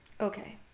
Okay